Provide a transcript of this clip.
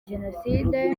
jenoside